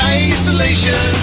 isolation